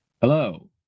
Hello